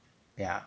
ya